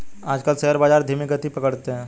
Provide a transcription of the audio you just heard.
आजकल शेयर बाजार धीमी गति पकड़े हैं